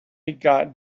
got